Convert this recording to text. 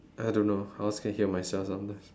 I don't know I also can hear myself sometimes